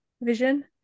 vision